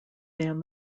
than